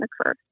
occur